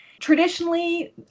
traditionally